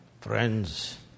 Friends